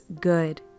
good